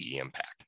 Impact